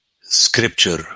scripture